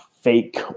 fake